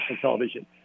television